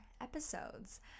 episodes